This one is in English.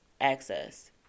access